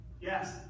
Yes